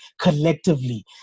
collectively